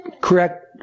correct